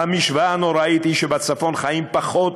המשוואה הנוראה היא שבצפון חיים פחות,